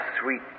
sweet